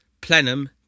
plenum